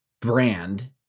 brand